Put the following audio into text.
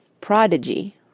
Prodigy